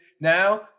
now